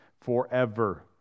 forever